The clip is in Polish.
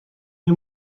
nie